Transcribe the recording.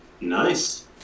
Nice